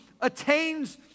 attains